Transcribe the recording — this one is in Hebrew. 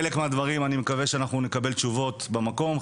אני מקווה שעל חלק מהדברים אנחנו נקבל תשובות במקום,